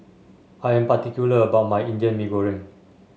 I am particular about my Indian Mee Goreng